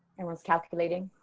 and once calculating.